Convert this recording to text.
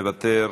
מוותר,